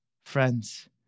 Friends